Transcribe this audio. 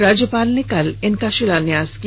राज्यपाल ने कल इनका शिलान्यास किया